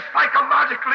psychologically